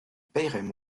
paieraient